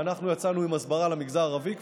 ואנחנו כבר יצאנו עם הסברה למגזר הערבי,